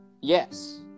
Yes